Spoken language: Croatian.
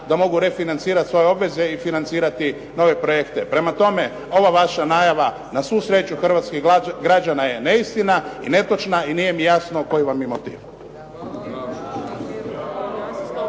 da mogu refinancirati svoje obveze i financirati nove projekte. Prema tome, ova vaša najava na svu sreću hrvatskih građana je neistina i netočna i nije mi jasno koji vam je motiv.